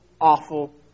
awful